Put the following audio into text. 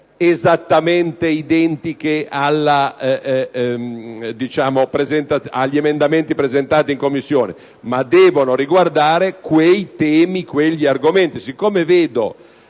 esattamente identiche agli emendamenti presentati in Commissione, ma devono riguardare quei temi e quegli argomenti. Dal momento